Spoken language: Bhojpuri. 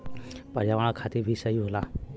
पर्यावरण खातिर भी सही होला